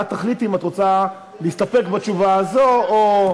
את תחליטי אם את רוצה להסתפק בתשובה הזאת, או,